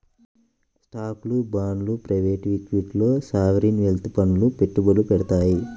స్టాక్లు, బాండ్లు ప్రైవేట్ ఈక్విటీల్లో సావరీన్ వెల్త్ ఫండ్లు పెట్టుబడులు పెడతాయి